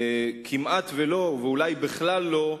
כמעט שלא, ואולי בכלל לא,